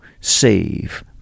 save